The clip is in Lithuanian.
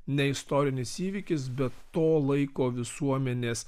ne istorinis įvykis bet to laiko visuomenės